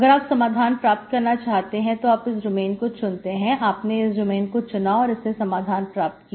अगर आप समाधान प्राप्त करना चाहते हैं तो आप इस डोमेन को चुनते हैं आपने इस डोमेन को चुना और इससे समाधान प्राप्त किया